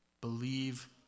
believe